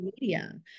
media